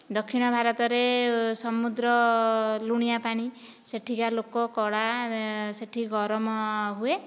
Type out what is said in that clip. ଦକ୍ଷିଣ ଭାରତରେ ସମୁଦ୍ର ଲୁଣିଆ ପାଣି ସେଠିକା ଲୋକ କଳା ସେଠି ଗରମ ହୁଏ